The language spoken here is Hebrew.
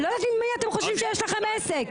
אני לא יודעת עם מי אתם חושבים שיש לכם עסק,